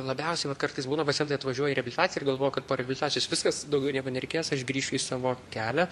labiausiai vat kartais būna pacientai atvažiuoja į rebilitaciją ir galvoja kad po reabilitacijos viskas daugiau nieko nereikės aš grįšiu į savo kelią